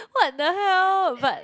what the hell but